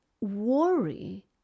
worry